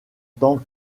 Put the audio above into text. tant